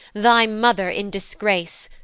thy mother in disgrace,